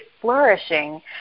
flourishing